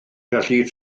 felly